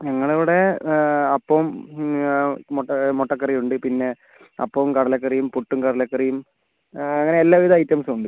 ഞങ്ങള ഇവിടെ അപ്പവും മുട്ട മുട്ടക്കറിയും ഉണ്ട് പിന്നെ അപ്പവും കടലക്കറിയും പുട്ടും കടലക്കറിയും അങ്ങനെ എല്ലാവിധ ഐറ്റംസും ഉണ്ട്